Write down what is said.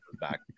back